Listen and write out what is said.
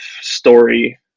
story